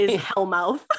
hellmouth